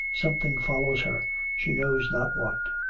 something follows her she knows not what.